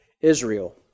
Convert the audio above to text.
Israel